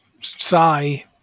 sigh